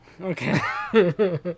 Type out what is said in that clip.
Okay